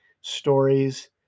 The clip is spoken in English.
stories